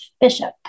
Bishop